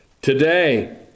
Today